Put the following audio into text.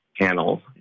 panel